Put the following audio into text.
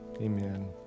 Amen